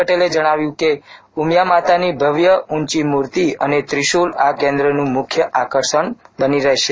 પટેલે જણાવ્યું કે ઉમિયા માતાની ભવ્ય ઊંચી મૂર્તિ અને ત્રિશુલ આ કેન્દ્રનું મુખ્ય આકર્ષણ બની રહેશે